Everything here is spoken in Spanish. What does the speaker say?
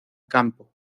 campo